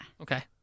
Okay